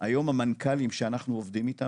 היום המנכ"לים שאנחנו עובדים איתם